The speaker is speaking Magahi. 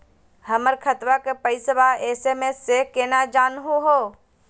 हमर खतवा के पैसवा एस.एम.एस स केना जानहु हो?